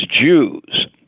Jews